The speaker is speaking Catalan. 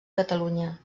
catalunya